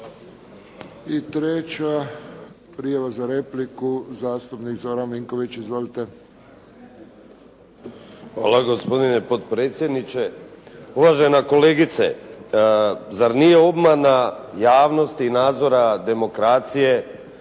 I treća prijava za repliku, zastupnik Zoran Vinković. Izvolite. **Vinković, Zoran (SDP)** Hvala gospodine potpredsjedniče. Uvažena kolegice, zar nije obmana javnosti i nadzora demokracije